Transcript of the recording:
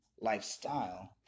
Lifestyle